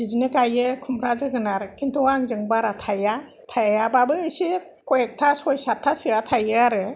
बिदिनो गाययो खुमब्रा जोगोनार खिन्थु आंजों बारा थाइया थाइयाबाबो एसे खय एखथा सय सातथासोआ थाययो आरो